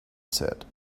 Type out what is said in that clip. said